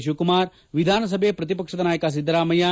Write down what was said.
ಶಿವಕುಮಾರ್ ವಿಧಾನಸಭೆ ಪ್ರತಿಪಕ್ಷ ನಾಯಕ ಸಿದ್ದರಾಮಯ್ನ